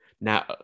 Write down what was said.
now